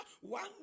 one